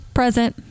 present